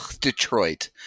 Detroit